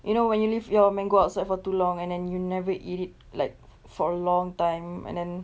you know when you leave your mango outside for too long and and then you never eat it like for a long time and then